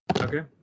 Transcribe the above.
Okay